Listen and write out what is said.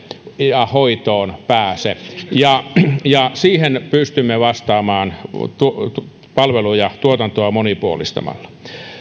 ja hoitoon pääse ja ja siihen pystymme vastaamaan palveluja tuotantoa monipuolistamalla